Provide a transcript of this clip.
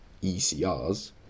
ECRs